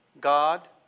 God